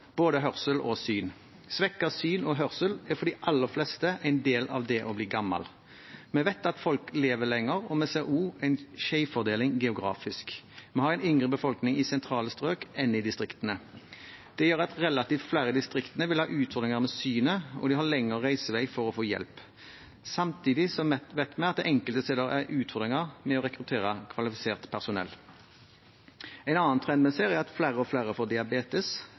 både hørsel og syn. Svekket syn og hørsel er for de aller fleste en del av det å bli gammel. Vi vet at folk lever lenger, og vi ser også en skjevfordeling geografisk. Vi har en yngre befolkning i sentrale strøk enn i distriktene. Det gjør at relativt flere i distriktene vil ha utfordringer med synet, og de har lengre reisevei for å få hjelp. Samtidig vet vi at det enkelte steder er utfordringer med å rekruttere kvalifisert personell. En annen trend vi ser, er at flere og flere får diabetes.